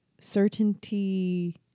certainty